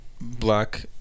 black